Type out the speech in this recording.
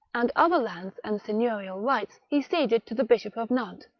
and other lands and seigneurial rights he ceded to the bishop of nantes,